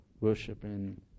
worshiping